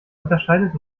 unterscheidet